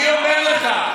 אני אומר לך.